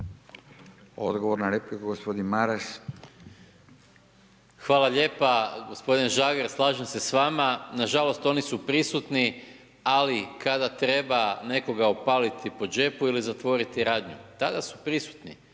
Odgovor na repliku gospodin Maras. **Maras, Gordan (SDP)** Hvala lijepa. Gospodine Žagar, slažem se s vama. Nažalost, oni su prisutni, ali kada treba nekoga opaliti po džepu ili zatvoriti radnju. Tada su prisutni.